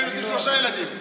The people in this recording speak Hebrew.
היינו נותנים שלושה ילדים.